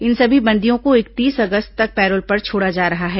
इन समी बंदियों को इकतीस अगस्त तक पैरोल पर छोड़ा जा रहा है